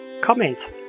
comment